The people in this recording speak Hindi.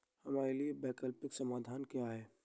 हमारे लिए वैकल्पिक समाधान क्या है?